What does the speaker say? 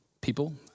people